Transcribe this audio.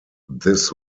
this